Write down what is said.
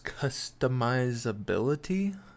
customizability